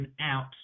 out